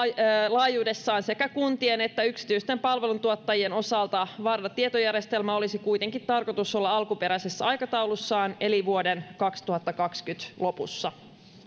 laajuudessaan sekä kuntien että yksityisten palveluntuottajien osalta varda tietojärjestelmän olisi kuitenkin tarkoitus olla alkuperäisessä aikataulussaan eli vuoden kaksituhattakaksikymmentä lopussa